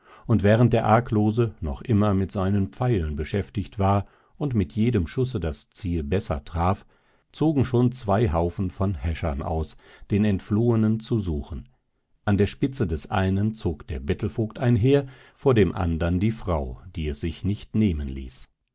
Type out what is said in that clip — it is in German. und während der arglose noch immer mit seinen pfeilen beschäftigt war und mit jedem schusse das ziel besser traf zogen schon zwei haufen von häschern aus den entflohenen zu suchen an der spitze des einen zog der bettelvogt einher vor dem andern die frau die es sich nicht nehmen ließ